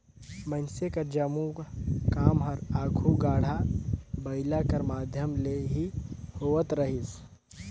मइनसे कर जम्मो काम हर आघु गाड़ा बइला कर माध्यम ले ही होवत रहिस